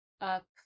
up